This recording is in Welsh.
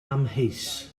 amheus